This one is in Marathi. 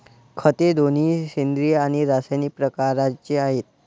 खते दोन्ही सेंद्रिय आणि रासायनिक प्रकारचे आहेत